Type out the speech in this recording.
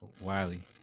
Wiley